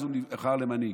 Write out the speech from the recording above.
ואז הוא נבחר למנהיג.